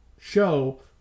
Show